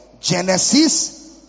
Genesis